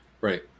Right